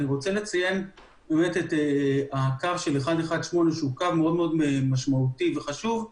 אני רוצה לציין את הקו של 118 שהוא קו מאוד משמעותי וחשוב,